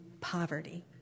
poverty